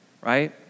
right